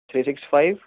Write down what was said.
three six five